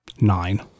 nine